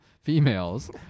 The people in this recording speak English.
females